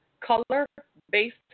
color-based